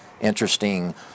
interesting